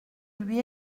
lui